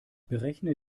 berechne